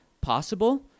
Possible